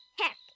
Heck